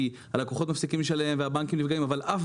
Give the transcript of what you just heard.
כי הלקוחות מפסיקים לשלם והבנקים נפגעים; אבל אף